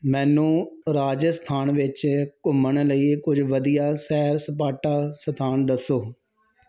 ਮੈਨੂੰ ਰਾਜਸਥਾਨ ਵਿੱਚ ਘੁੰਮਣ ਲਈ ਕੁਝ ਵਧੀਆ ਸੈਰ ਸਪਾਟਾ ਸਥਾਨ ਦੱਸੋ